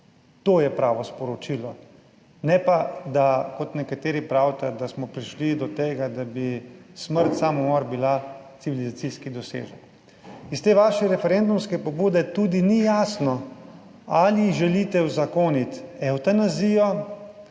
To je pravo sporočilo, ne pa, da kot nekateri pravite, da smo prišli do tega, da bi smrt, samomor bila civilizacijski dosežek. Iz te vaše referendumske pobude tudi ni jasno, ali želite uzakoniti evtanazijo